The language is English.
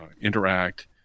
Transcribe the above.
interact